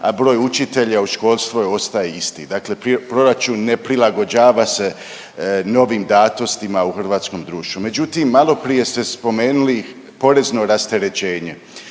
a broj učitelja u školstvu ostaje isti. Dakle, proračun ne prilagođava se novim datostima u hrvatskom društvu. Međutim, malo prije ste spomenuli porezno rasterećenje.